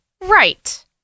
Right